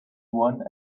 one